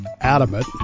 adamant